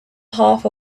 half